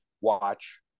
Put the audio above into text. watch